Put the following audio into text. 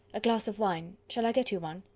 a glass of wine shall i get you one?